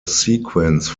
sequence